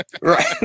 Right